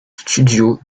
studios